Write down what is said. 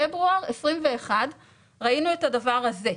על פברואר 2021, ראינו את הדבר הזה.